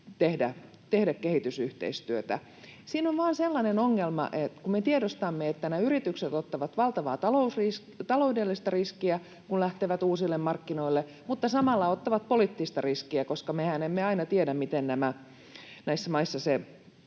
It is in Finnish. tehdä kehitysyhteistyötä. Siinä on vain sellainen ongelma, että kun me tiedostamme, että nämä yritykset ottavat valtavaa taloudellista riskiä, kun lähtevät uusille markkinoille, mutta samalla ottavat poliittista riskiä, koska mehän emme aina tiedä, miten näissä maissa se